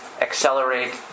accelerate